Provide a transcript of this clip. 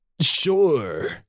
sure